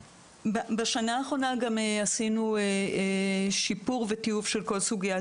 בשנה האחרונה גם עשינו שיפור וטיוב של כל סוגיית